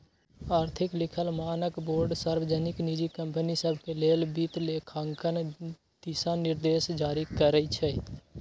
आर्थिक लिखल मानकबोर्ड सार्वजनिक, निजी कंपनि सभके लेल वित्तलेखांकन दिशानिर्देश जारी करइ छै